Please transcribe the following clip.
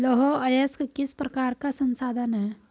लौह अयस्क किस प्रकार का संसाधन है?